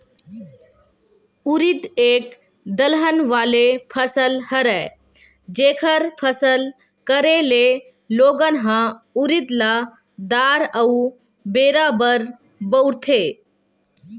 उरिद एक दलहन वाले फसल हरय, जेखर फसल करे ले लोगन ह उरिद ल दार अउ बेरा बर बउरथे